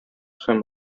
һәм